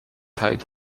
hide